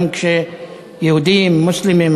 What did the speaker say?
גם כשיהודים מוסלמים,